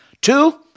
Two